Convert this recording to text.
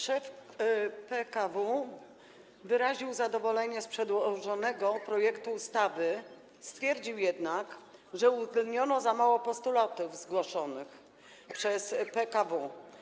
Szef PKW wyraził zadowolenie z przedłożonego projektu ustawy, stwierdził jednak, że uwzględniono za mało postulatów zgłoszonych przez PKW.